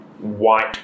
white